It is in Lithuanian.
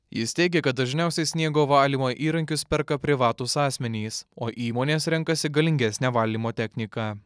jis teigia kad dažniausiai sniego valymo įrankius perka privatūs asmenys o įmonės renkasi galingesnę valymo techniką